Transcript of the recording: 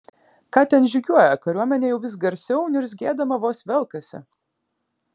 ką ten žygiuoja kariuomenė jau vis garsiau niurzgėdama vos velkasi